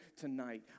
tonight